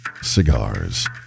Cigars